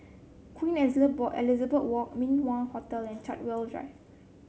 Queen Elizabeth Walk Min Wah Hotel and Chartwell Drive